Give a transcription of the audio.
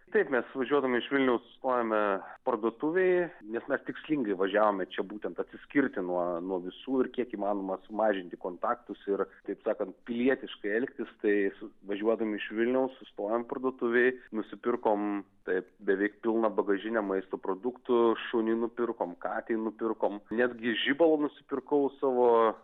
taip mes važiuodami iš vilniaus stojame parduotuvėj nes tikslingai važiavome čia būtent atsiskirti nuo nuo visų ir kiek įmanoma sumažinti kontaktus ir taip sakant pilietiškai elgtis tai važiuodami iš vilniaus sustojom parduotuvėj nusipirkom taip beveik pilną bagažinę maisto produktų šuniui nupirkom katei nupirkom netgi žibalo nusipirkau savo